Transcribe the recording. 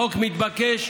חוק מתבקש.